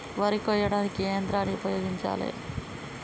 వరి కొయ్యడానికి ఏ యంత్రాన్ని ఉపయోగించాలే?